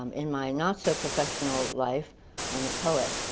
um in my not so professional life i'm a poet,